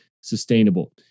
sustainable